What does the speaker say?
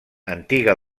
antiga